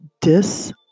Dis